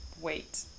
wait